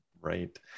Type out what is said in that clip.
Right